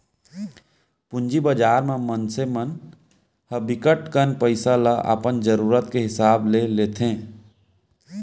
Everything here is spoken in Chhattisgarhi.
पूंजी बजार म मनसे मन ह बिकट कन पइसा ल अपन जरूरत के हिसाब ले लेथे